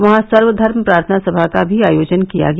वहां सर्व धर्म प्रार्थना समा का भी आयोजन किया गया